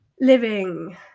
Living